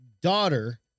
daughter